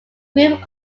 group